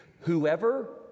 whoever